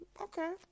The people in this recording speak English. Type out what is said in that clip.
Okay